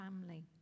family